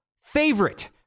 favorite